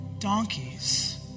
donkeys